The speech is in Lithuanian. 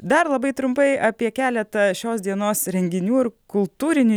dar labai trumpai apie keletą šios dienos renginių ir kultūrinių